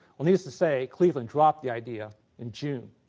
um needless to say, cleveland dropped the idea in june